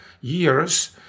years